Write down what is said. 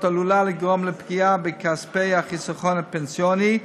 עלולה לגרום לפגיעה בכספי החיסכון הפנסיוני,